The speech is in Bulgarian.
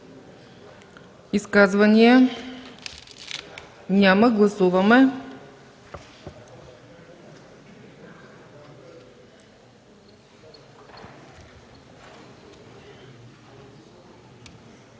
Изказвания? Няма. Гласуваме.